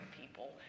people